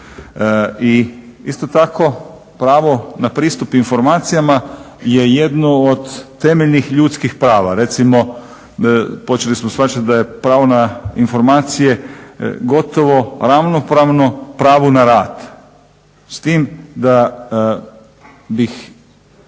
I isto tako pravo na pristup informacijama je jedno od temeljnih ljudskih prava. Recimo počeli smo shvaćati da je pravo na informacije gotovo ravnopravno pravu na rad s tim da bih